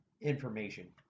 information